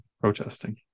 protesting